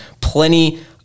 plenty